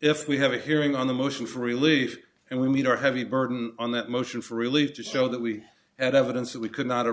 if we have a hearing on the motion for relief and we need our heavy burden on that motion for relief to show that we had evidence that we could not a